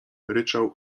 ryczał